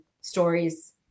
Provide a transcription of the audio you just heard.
stories